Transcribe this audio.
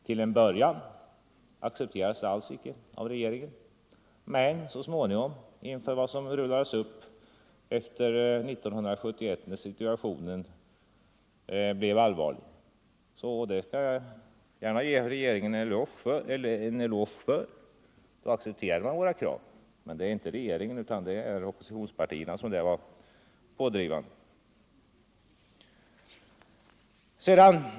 Till en början accepterades det alls icke av regeringen utan först så småningom, inför vad som rullades upp år 1971 när situationen blev allvarlig. Jag skall gärna ge regeringen en eloge för att den då accepterade våra krav. Men det var inte regeringen utan oppositionspartierna som var pådrivande.